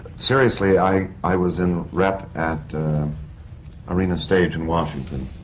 seriously, i. i was in rep at arena stage in washington.